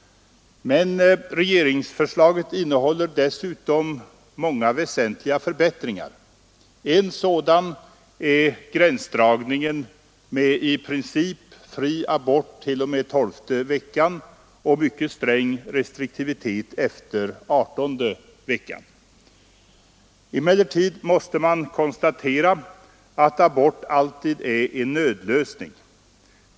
Men regeringsförslaget innehåller dessutom många väsentliga förbättringar. En sådan är gränsdragningen med i princip fri abort t.o.m. tolfte veckan och mycket sträng restriktivitet efter adertonde veckan. Emellertid måste man konstatera att abort alltid är en nödlösning.